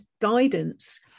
guidance